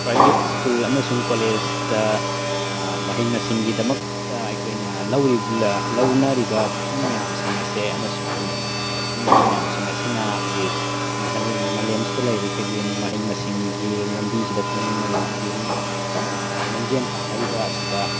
private school ꯑꯃꯁꯨꯡ ꯀꯣꯂꯦꯖꯇ ꯃꯍꯩ ꯃꯁꯤꯡꯒꯤꯗꯃꯛꯇ ꯑꯩꯈꯣꯏꯅ ꯂꯧꯅꯔꯤꯕ ꯐꯤ ꯃꯌꯥꯝꯁꯤꯡ ꯑꯁꯦ ꯑꯃꯁꯨꯡ ꯀꯣꯆꯤꯡ ꯐꯤ ꯃꯌꯥꯝꯁꯤꯡ ꯑꯁꯤꯅ ꯍꯧꯖꯤꯛ ꯃꯥꯂꯦꯝꯁꯤꯗ ꯂꯩꯔꯤꯕ ꯑꯩꯈꯣꯏꯒꯤ ꯃꯍꯩ ꯃꯁꯤꯡꯒꯤ ꯂꯝꯕꯤꯁꯤꯗ ꯈꯣꯡ ꯂꯝꯖꯦꯜ ꯇꯥꯟꯅꯔꯤꯕ ꯑꯁꯤꯗ